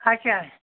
اَچھا